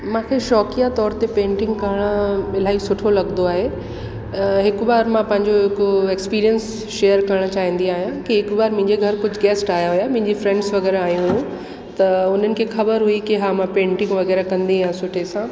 मांखे शौक़ीअ तौर ते पेंटिंग करण इलाही सुठो लॻंदो आहे त हिकु बार मां पंहिंजो हिकु एक्सपीरियंस शेयर करणु चाहींदी आहियां कि हिकु बार मुंहिंजे घरु कुझु गेस्ट आया हुआ मुंहिंजी फ्रेंड्स वग़ैरह आहियूं त उन्हनि खे ख़बर हुई कि हा मां पेंटिंग वग़ैरह कंदी आहे सुठे सां